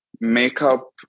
Makeup